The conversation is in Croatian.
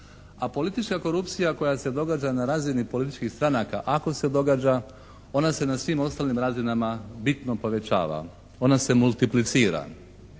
A politička korupcija koja se događa na razini političkih stranaka ako se događa ona se na svim ostalim razinama bitno povećava, ona se multiplicira